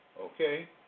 Okay